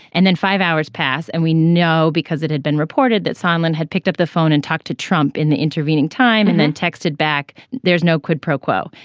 and then five hours pass and we know because it had been reported that simon had picked up the phone and talked to trump in the intervening time and then texted back. there's no quid pro quo.